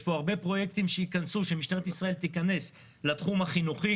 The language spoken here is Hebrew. יש פה הרבה פרויקטים שמשטרת ישראל תיכנס לתחום החינוכי.